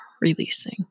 releasing